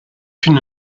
une